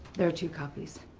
there are two copies.